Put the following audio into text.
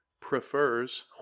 prefers